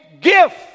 gift